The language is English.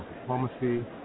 diplomacy